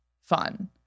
fun